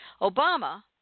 Obama